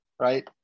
right